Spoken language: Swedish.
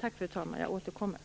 Tack, fru talman! Jag återkommer.